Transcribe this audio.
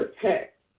protect